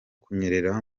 kunyerera